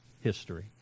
history